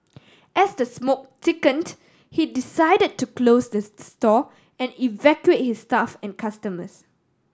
as the smoke thickened he decided to close the store and evacuate his staff and customers